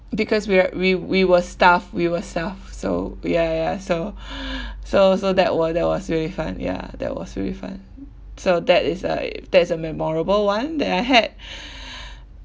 because we were we we were staff we were staff so ya ya ya so so so that wa~ that was really fun ya that was really fun so that is uh that is a memorable one that I had